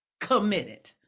committed